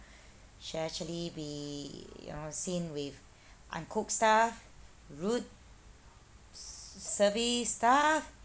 should actually be you know seen with uncooked stuff rude service staff